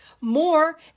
more